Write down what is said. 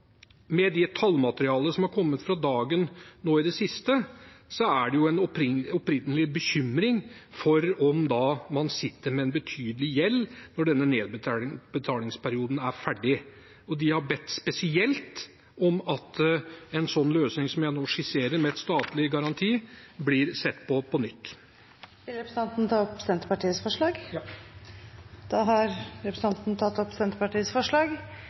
fylkeskommune. De har garantert for den forrige E6-løsningen og det som er bygd der. Med det tallmaterialet som har kommet for dagen nå i det siste, er det en oppriktig bekymring for om man sitter med en betydelig gjeld når denne nedbetalingsperioden er over. De har bedt spesielt om at en løsning med statlig garanti som den jeg nå skisserer, blir sett på på nytt. Jeg tar opp Senterpartiets forslag. Representanten Bengt Fasteraune har tatt opp